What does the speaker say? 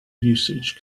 usage